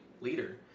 leader